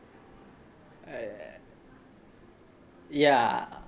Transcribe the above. err ya